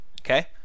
Okay